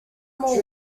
more